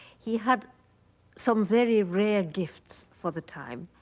he had some very rare gifts for the time.